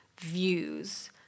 views